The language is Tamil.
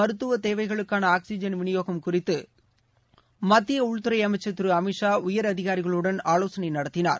மருத்துவ தேவைகளுக்கான ஆக்ஸிஜன் விநியோகம் குறித்து மத்திய உள்துறை அமைச்சர் திரு அமித் ஷா உயரதிகாரிகளுடன் ஆலோசனை நடத்தினார்